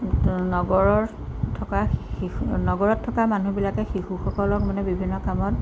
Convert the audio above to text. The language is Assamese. নগৰত থকা শিশু নগৰত থকা মানুহবিলাকে শিশুসকলক মানে বিভিন্ন কামত